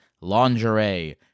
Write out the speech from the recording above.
lingerie